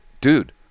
dude